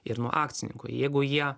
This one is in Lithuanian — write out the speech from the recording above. ir nuo akcininkų jeigu jie